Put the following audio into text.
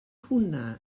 hwnna